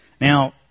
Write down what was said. Now